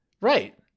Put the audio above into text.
Right